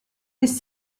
this